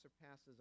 surpasses